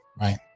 right